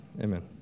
Amen